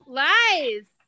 lies